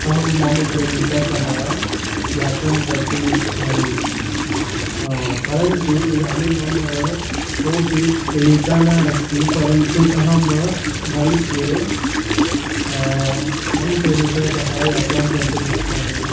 अहं मम प्रेमिका सह यात्रां कर्तुम् इच्छामि परन्तु इदानीं मम कापि प्रेमिका न अस्ति परन्तु अहं भविष्ये मम प्रेमिका सह यात्रां कर्तुम् इच्छामि